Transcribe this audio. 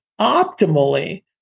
optimally